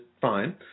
fine